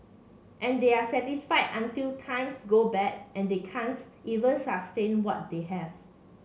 and they are satisfied until times go bad and they can't even sustain what they have